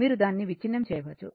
మీరు దానిని విచ్ఛిన్నం చేయవచ్చు